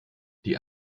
die